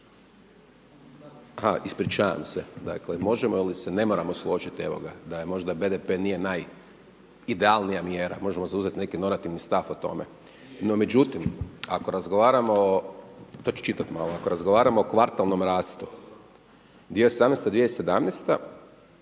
ispričavam se. Dakle možemo ili se ne moramo složiti, evo ga, da možda BDP nije najidealnija mjera, možemo zauzeti neki normativni stav o tome. No međutim, ako razgovaramo, to ću čitati malo, ako razgovaramo o kvartalnom rastu 2018. i 2017.